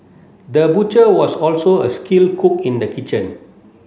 the butcher was also a skilled cook in the kitchen